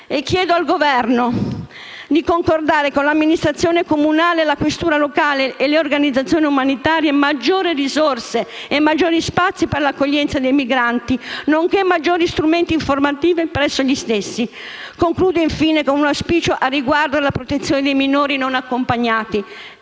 e chiedo al Governo di concordare con l'amministrazione comunale, la questura locale e le organizzazioni umanitarie maggiori risorse e maggiori spazi per l'accoglienza dei migranti, nonché maggiori strumenti informativi presso gli stessi. Concludo infine con un auspicio a riguardo della protezione dei minori non accompagnati.